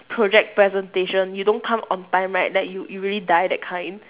project presentation you don't come on time right then you you really die that kind